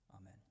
Amen